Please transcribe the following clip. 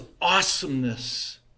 awesomeness